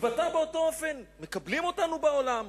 התבטא באותו אופן: מקבלים אותנו בעולם,